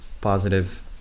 positive